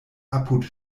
apud